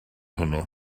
hwnnw